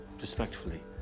respectfully